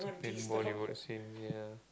Bollywood scene ya